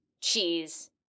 cheese